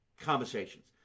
conversations